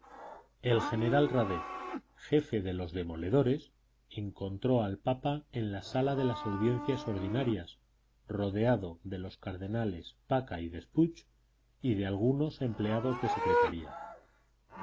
el general radet jefe de los demoledores encontró al papa en la sala de las audiencias ordinarias rodeado de los cardenales pacca y despuig y de algunos empleados de secretaría